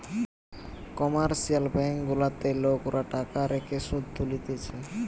commercial bank গুলাতে লোকরা টাকা রেখে শুধ তুলতিছে